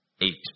eight